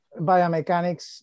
biomechanics